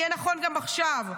יהיה נכון גם עכשיו.